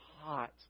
hot